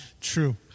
True